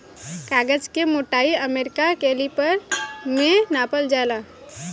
कागज के मोटाई अमेरिका कैलिपर में नापल जाला